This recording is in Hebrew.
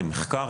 למחקר,